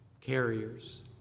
carriers